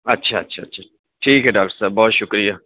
اچھا اچھا اچھا ٹھیک ہے ڈاکٹر صاحب بہت شکریہ